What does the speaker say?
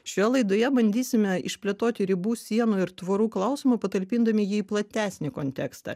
šioje laidoje bandysime išplėtoti ribų sienų ir tvorų klausimą patalpindami jį į platesnį kontekstą